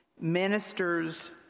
Ministers